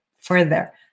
further